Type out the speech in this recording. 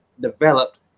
developed